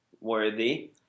worthy